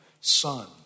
son